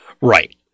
Right